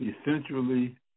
essentially